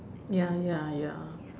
ya ya ya